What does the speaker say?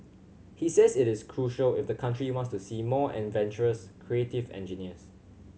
he says it is crucial if the country wants to see more adventurous creative engineers